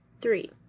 Three